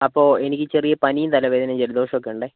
അപ്പോൾ എനിക്ക് ചെറിയ പനിയും തലവേദനയും ജലദോഷവും ഒക്കെ ഉണ്ടേ